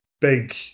big